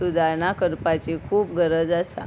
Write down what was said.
सुदारणां करपाची खूब गरज आसा